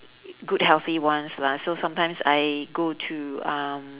good healthy ones lah so sometimes I go to um